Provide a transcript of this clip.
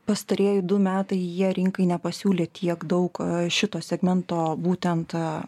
pastarieji du metai jie rinkai nepasiūlė tiek daug šito segmento būtent